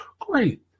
great